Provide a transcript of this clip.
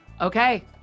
okay